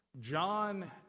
John